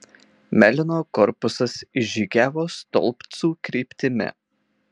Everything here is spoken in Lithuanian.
melino korpusas išžygiavo stolpcų kryptimi